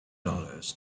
dollars